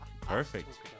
Perfect